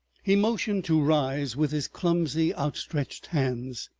he motioned to rise with his clumsy outstretched hands.